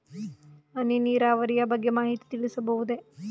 ಹನಿ ನೀರಾವರಿಯ ಬಗ್ಗೆ ಮಾಹಿತಿ ತಿಳಿಸಬಹುದೇ?